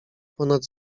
ponad